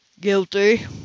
Guilty